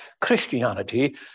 Christianity